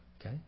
Okay